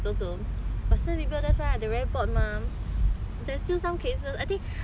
bored mah that is still some cases I think I saw the news 真的是 the